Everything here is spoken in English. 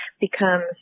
becomes